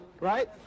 Right